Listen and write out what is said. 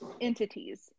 entities